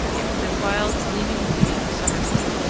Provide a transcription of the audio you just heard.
yet with a wild, gleaming beauty in summer time,